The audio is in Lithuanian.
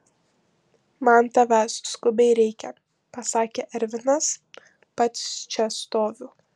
man tavęs skubiai reikia pasakė ervinas pats čia stoviu